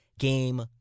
game